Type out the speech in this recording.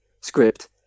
script